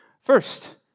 First